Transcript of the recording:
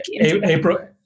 April